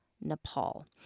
Nepal